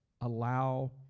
allow